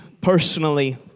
personally